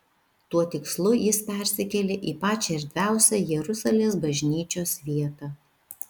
tuo tikslu jis persikėlė į pačią erdviausią jeruzalės bažnyčios vietą